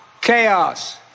chaos